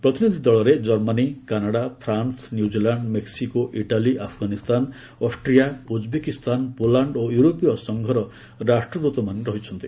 ପ୍ରତିନିଧି ଦଳରେ Germany Canada France New Zealand Mexico Italy Afghanistan Austria Uzbekistan Poland ଓ ୟୁରୋପୀୟ ସଂଘର ରାଷ୍ଟ୍ରଦ୍ଦତମାନେ ରହିଛନ୍ତି